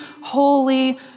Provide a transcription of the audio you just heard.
holy